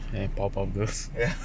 ya powerpuff girls